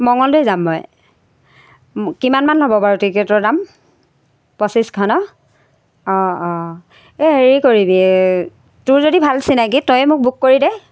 মংগলদৈ যাম মই কিমানমান হ'ব বাৰু টিকেটৰ দাম পঁচিছশ ন অঁ অঁ এই হেৰি কৰিবি তোৰ যদি ভাল চিনাকি তইয়ে মোক বুক কৰি দে